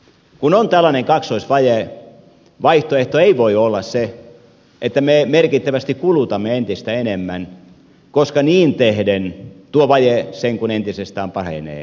kun on tällainen kaksoisvaje vaihtoehto ei voi olla se että me merkittävästi kulutamme entistä enemmän koska niin tehden tuo vaje sen kuin entisestään pahenee